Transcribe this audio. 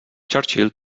churchill